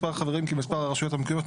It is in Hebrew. מספר חברים כמספר הרשויות המקומיות",